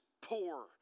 poor